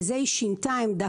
בזה היא שינתה עמדה.